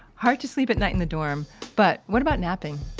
hard to sleep at night in the dorm. but what about napping?